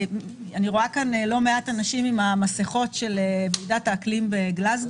אני רואה כאן לא מעט אנשים עם המסכות של ועידת האקלים בגלזגו.